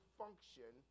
function